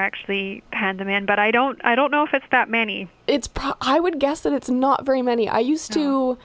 actually had the man but i don't i don't know if it's that many it's probably i would guess that it's not very many i used to